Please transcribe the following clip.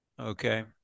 okay